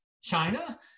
China